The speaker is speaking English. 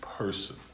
Person